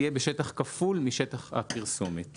תהיה בשטח כפול משטח הפרסומת.